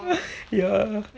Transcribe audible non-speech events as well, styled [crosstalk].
[laughs] ya